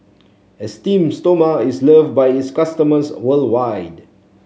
Esteem Stoma is loved by its customers worldwide